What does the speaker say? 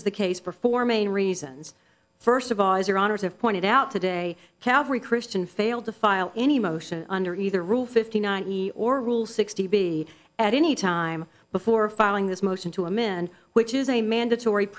is the case for four main reasons first of all is your honour's have pointed out today calvary christian failed to file any motion under either rule fifty nine he or rule sixty b at any time before filing this motion to amend which is a mandatory